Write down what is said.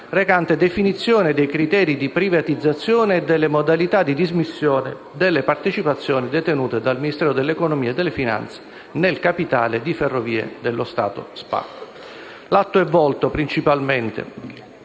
recante definizione dei criteri di privatizzazione e delle modalità di dismissione della partecipazione detenuta dal Ministero dell'economia e delle finanze nel capitale di Ferrovie dello Stato SpA; l'atto è volto a: